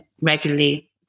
regularly